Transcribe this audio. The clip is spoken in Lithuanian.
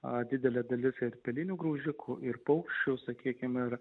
o didelė dalis ir pelinių graužikų ir paukščių sakykime ir